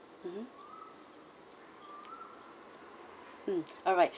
mmhmm mm alright